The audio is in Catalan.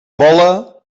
vola